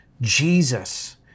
Jesus